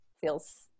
feels